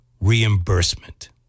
Reimbursement